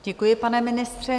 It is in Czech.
Děkuji, pane ministře.